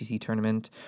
tournament